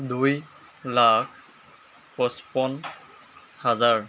দুই লাখ পঁচপন্ন হাজাৰ